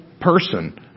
person